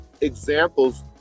examples